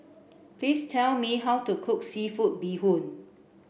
please tell me how to cook seafood bee hoon